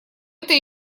это